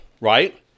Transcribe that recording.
right